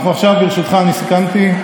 ברשותך, אני סיכמתי.